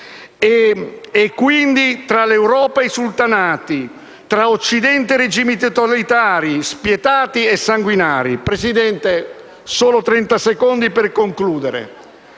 e quindi tra l'Europa e i sultanati, tra l'Occidente e i regimi totalitari, spietati e sanguinari. Presidente, mi avvio a concludere.